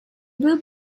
byl